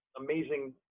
amazing